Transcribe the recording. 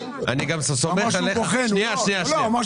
אמר שהוא בוחן.